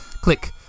Click